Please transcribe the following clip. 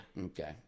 okay